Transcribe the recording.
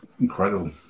Incredible